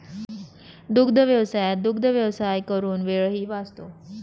दुग्धव्यवसायात दुग्धव्यवसाय करून वेळही वाचतो